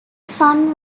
son